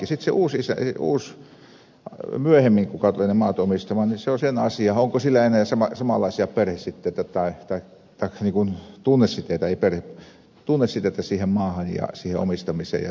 sitten on sen asia joka myöhemmin tulee ne maat omistamaan onko sillä enää samanlaisia tunnesiteitä siihen maahan ja siihen omistamiseen ja siihen peltoon